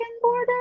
border